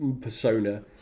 persona